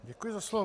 Děkuji za slovo.